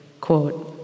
quote